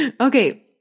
Okay